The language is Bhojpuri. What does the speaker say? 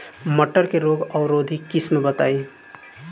मटर के रोग अवरोधी किस्म बताई?